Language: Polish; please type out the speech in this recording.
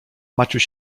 maciuś